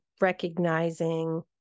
recognizing